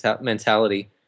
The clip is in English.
mentality